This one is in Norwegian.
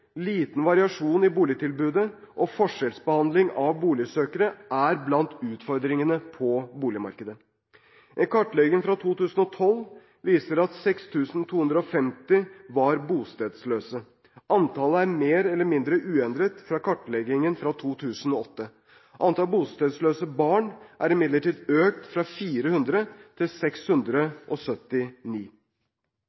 liten variasjon i boligtilbudet og forskjellsbehandling av boligsøkere er blant utfordringene på boligmarkedet. En kartlegging fra 2012 viser at ca. 6 250 var bostedsløse. Antallet er mer eller mindre uendret fra kartleggingen fra 2008. Antall bostedsløse barn har imidlertid økt, fra 400 til